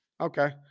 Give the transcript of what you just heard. Okay